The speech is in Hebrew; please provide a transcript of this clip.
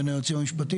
בין היועצים המשפטיים,